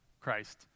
Christ